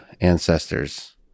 ancestors